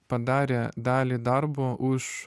padarė dalį darbo už